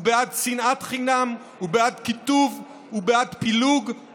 הוא בעד שנאת חינם, הוא בעד קיטוב, הוא